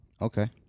Okay